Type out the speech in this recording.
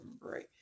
right